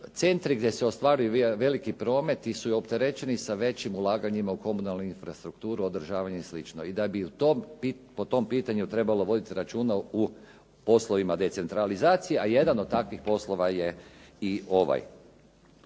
centri gdje se ostvaruju veliki prometni su opterećeni sa većim ulaganjima u komunalnu infrastrukturu, održavanje i slično. I da bi o tom pitanju trebalo voditi računa u poslovima decentralizacije a jedan od takvih poslova je i ovaj.